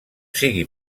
sigui